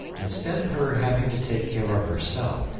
instead of her having to take care of herself,